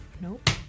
Nope